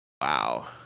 Wow